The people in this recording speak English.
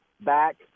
back